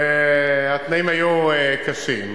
והתנאים היו קשים,